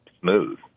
smooth